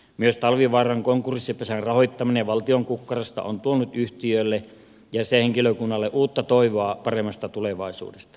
myös talvivaaran konkurssipesän rahoittaminen valtion kukkarosta on tuonut yhtiölle ja sen henkilökunnalle uutta toivoa paremmasta tulevaisuudesta